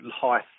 high